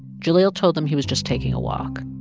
jahlil told them he was just taking a walk.